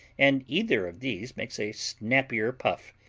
and either of these makes a snappier puff,